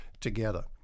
together